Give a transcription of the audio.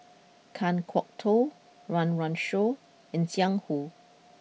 Kan Kwok Toh Run Run Shaw and Jiang Hu